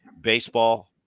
baseball